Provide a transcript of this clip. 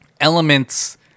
elements